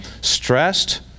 stressed